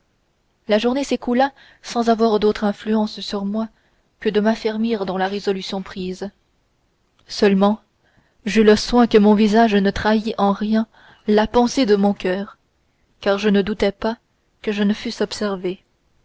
la journée s'écoula sans avoir d'autre influence sur moi que de m'affermir dans la résolution prise seulement j'eus soin que mon visage ne trahît en rien la pensée de mon coeur car je ne doutais pas que je ne fusse observée